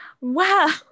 Wow